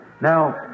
Now